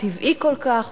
טבעי כל כך,